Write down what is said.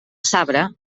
sabre